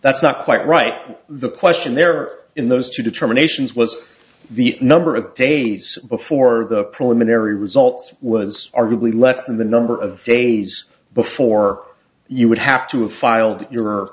that's not quite right the question there are in those two determinations was the number of days before the preliminary results was arguably less than the number of days before you would have to file your